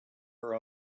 her